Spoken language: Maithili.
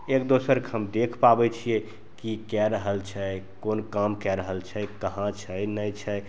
एक दोसरके हम देखि पाबै छिए कि कै रहल छै कोन काम कै रहल छै कहाँ छै नहि छै